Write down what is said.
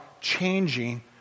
changing